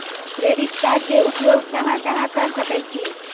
Credit card के उपयोग कहां कहां कर सकईछी?